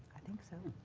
i think so.